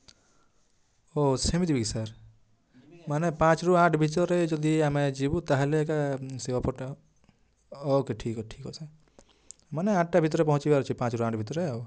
ଓ ସେମିତି କି ସାର୍ ମାନେ ପାଞ୍ଚରୁ ଆଠ ଭିତରେ ଯଦି ଆମେ ଯିବୁ ତା'ହେଲେ ଏକା ସେ ଅଫର୍ଟା ଓକେ ଠିକ୍ ଠିକ୍ ଅଛି ମାନେ ଆଠଟା ଭିତରେ ପହଞ୍ଚିବାର ଅଛି ପାଞ୍ଚରୁ ଆଠ ଭିତରେ